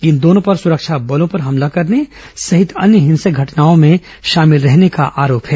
इन दोनों पर सुरक्षा बलों पर हमला करने सहित अन्य हिंसक घटनाओं में शामिल रहने का आरोप है